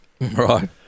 Right